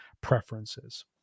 preferences